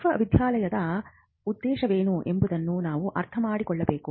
ವಿಶ್ವವಿದ್ಯಾಲಯದ ಉದ್ದೇಶವೇನು ಎಂಬುದನ್ನು ನಾವು ಅರ್ಥಮಾಡಿಕೊಳ್ಳಬೇಕು